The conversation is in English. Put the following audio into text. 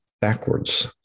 backwards